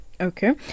Okay